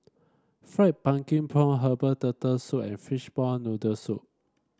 fried pumpkin prawn Herbal Turtle Soup and Fishball Noodle Soup